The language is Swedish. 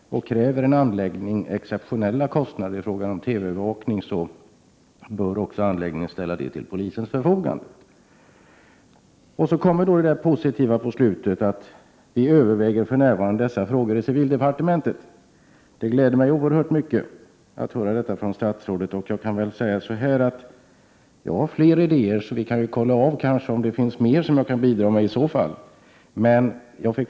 Om en anläggning kräver exceptionella kostnader för TV-övervakning, bör företagen bakom anläggningen ställa medel till polisens förfogande. I slutet av civilministerns svar kommer, som jag tidigare nämnde, det positiva: ”Vi överväger för närvarande dessa frågor i civildepartementet.” Det gläder mig oerhört mycket att få höra detta från statsrådet. Jag har fler idéer, och vi kan kanske se efter om det finns något mer som jag i så fall kan bidra med.